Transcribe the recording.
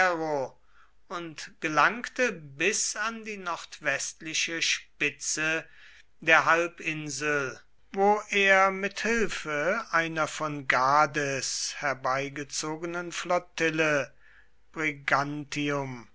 und gelangte bis an die nordwestliche spitze der halbinsel wo er mit hilfe einer von gades herbeigezogenen flottille brigantium